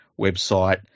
website